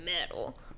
metal